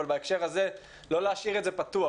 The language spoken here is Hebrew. אבל בהקשר הזה לא להשאיר את זה פתוח,